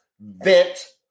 vent